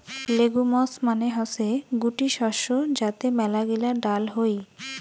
legumes মানে হসে গুটি শস্য যাতে মেলাগিলা ডাল হই